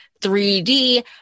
3D